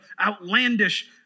outlandish